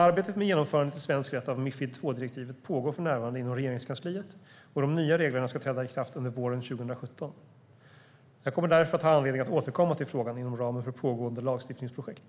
Arbetet med genomförandet i svensk rätt av Mifid II-direktivet pågår för närvarande inom Regeringskansliet, och de nya reglerna ska träda i kraft under våren 2017. Jag kommer därför att ha anledning att återkomma till frågan inom ramen för pågående lagstiftningsprojekt.